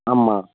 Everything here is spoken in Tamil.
ஆமாம்